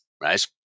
right